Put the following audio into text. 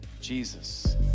Jesus